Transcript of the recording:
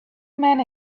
men